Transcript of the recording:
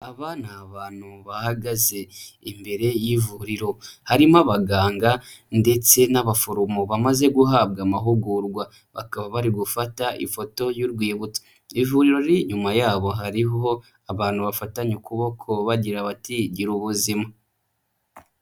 Aba ni abantu bahagaze imbere y'ivuriro harimo abaganga ndetse n'abaforomo bamaze guhabwa amahugurwa, bakaba bari gufata ifoto y'urwibutso, ivuriro riri inyuma yabo hariho abantu bafatanye ukuboko bagira bati gira ubuzima.